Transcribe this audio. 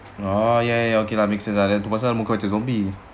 ya ya ya okay lah make sense tu pasal muka macam zombie